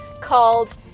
called